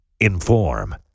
Inform